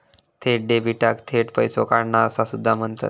थेट डेबिटाक थेट पैसो काढणा असा सुद्धा म्हणतत